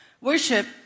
Worship